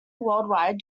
worldwide